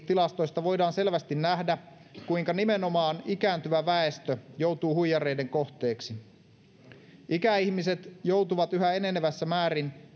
tilastoista voidaan selvästi nähdä kuinka nimenomaan ikääntyvä väestö joutuu huijareiden kohteeksi ikäihmiset joutuvat yhä enenevässä määrin